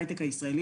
את ההייטק הישראלי.